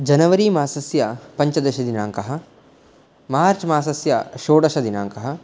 January मासस्य पञ्चदशदिनाङ्कः मार्च् मासस्य षोडशदिनाङ्कः